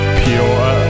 pure